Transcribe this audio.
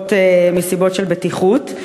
מסיבות של בטיחות?